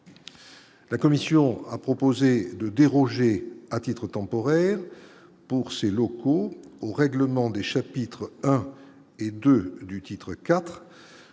La Commission a proposé de déroger à titre temporaire pour ses locaux au règlement des chapitres 1 et 2 du titre